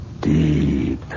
Deep